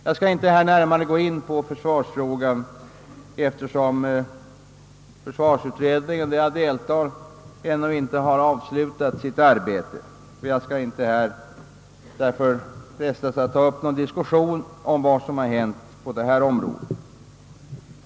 Jag skall här inte närmare gå in på försvarsfrågan, eftersom försvarsutredningen, där jag själv deltar, ännu inte avslutat sitt arbete. Jag skall därför inte frestas att ta upp någon diskussion om vad som hänt på detta område.